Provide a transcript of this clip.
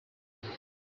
nabi